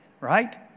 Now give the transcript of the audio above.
right